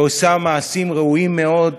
ועושה מעשים ראויים מאוד.